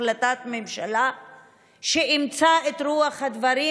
החלטת ממשלה שאימצה את רוח הדברים,